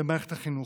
במערכת החינוך.